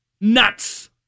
nuts